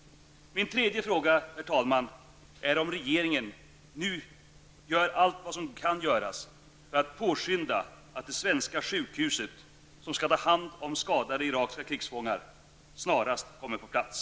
Min tredje fråga gäller om regeringen nu gör allt vad som kan göras för att påskynda att det svenska sjukhus som skall ta hand om skadade irakiska krigsfångar snarast kommer på plats.